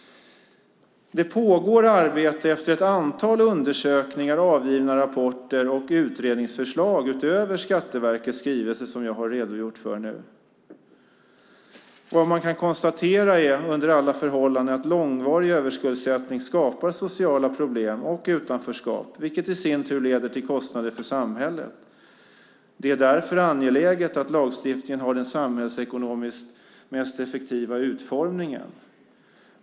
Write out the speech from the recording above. Det pågår arbete efter ett antal undersökningar, avgivna rapporter och utredningsförslag utöver Skatteverkets skrivelse som jag har redogjort för nu. Man kan under alla förhållanden konstatera att långvarig överskuldsättning skapar sociala problem och utanförskap, vilket i sin tur leder till kostnader för samhället. Det är därför angeläget att lagstiftningen har den samhällsekonomiskt mest effektiva utformningen.